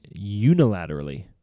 unilaterally